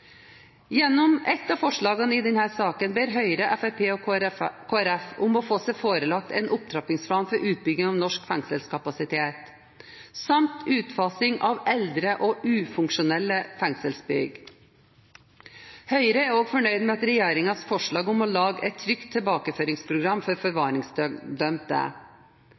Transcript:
Gjennom et av forslagene i denne saken ber Høyre, Fremskrittspartiet og Kristelig Folkeparti om å få seg forelagt en opptrappingsplan for utbygging av norsk fengselskapasitet samt utfasing av eldre og ikke-funksjonelle fengselsbygg. Høyre er også fornøyd med regjeringens forslag om å lage et trygt tilbakeføringsprogram for forvaringsdømte.